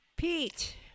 Pete